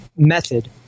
Method